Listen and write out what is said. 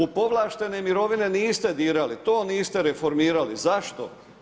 U povlaštene mirovine niste dirali, to niste reformirali, zašto?